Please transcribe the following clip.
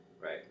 right